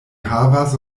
havas